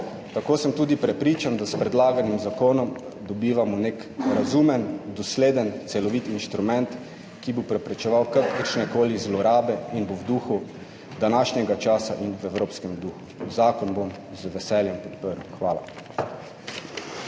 Tako sem tudi prepričan, da s predlaganim zakonom dobivamo nek razumen, dosleden, celovit inštrument, ki bo preprečeval kakršnekoli zlorabe in bo v duhu današnjega časa in v evropskem duhu, zakon bom z veseljem podprl. Hvala.